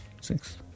Six